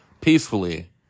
peacefully